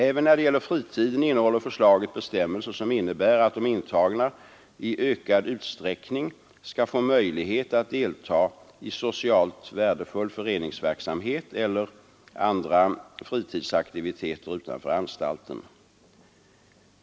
Även när det gäller fritiden innehåller förslaget bestämmelser som innebär att de intagna i ökad utsträckning skall få möjlighet att få delta i socialt värdefull föreningsverksamhet eller andra fritidsaktiviteter utanför anstalten.